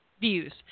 Views